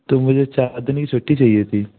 तो मुझे चार दिन की छुट्टी चाहिए थी